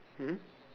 mmhmm